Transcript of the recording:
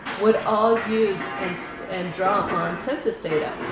would all use and so and draw on census data.